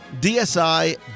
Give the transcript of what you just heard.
DSI